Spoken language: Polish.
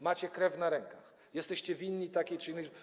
Macie krew na rękach, jesteście winni takiej czy innej.